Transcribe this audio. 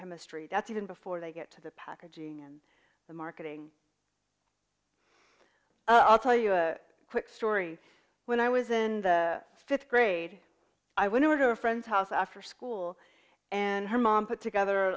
chemistry that's even before they get to the packaging and the marketing i'll tell you a quick story when i was in fifth grade i went over to a friend's house after school and her mom put